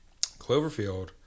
Cloverfield